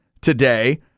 today